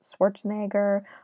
schwarzenegger